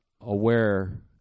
aware